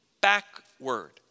backward